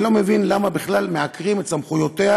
אני לא מבין למה בכלל מעקרים את סמכויותיה